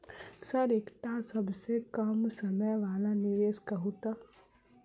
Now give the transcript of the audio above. Sir एकटा सबसँ कम समय वला निवेश कहु तऽ?